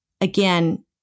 again